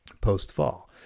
post-fall